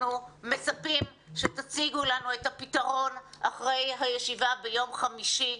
אנחנו מצפים שתציגו לנו את הפתרון אחרי הישיבה ביום חמישי,